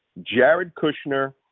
jared kushner,